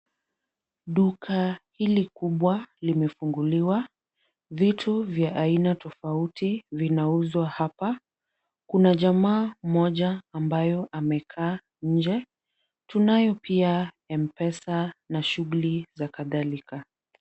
Duka hili kubwa limefunguliwa. Vitu vya aina tofauti vinauzwa hapa. Kuna jamaa mmoja ambayo amekaa nje. Tunayo pia M-Pesa na shughuli za kadhalika.